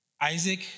Isaac